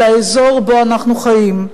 אל האזור שבו אנחנו חיים,